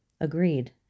Agreed